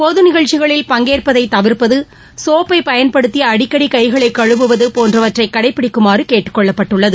பொது நிகழ்ச்சிகளில் பங்கேற்பதை தவிர்ப்பது சோப்பை பயன்படுத்தி அடிக்கடி கைகளை கழுவுவது போன்றவற்றை கடைப்பிடிக்குமாறு கேட்டுக்கொள்ளப்பட்டுள்ளது